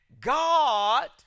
God